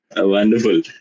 Wonderful